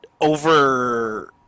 over